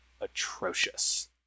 atrocious